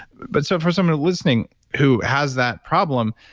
but so, for somebody listening who has that problem,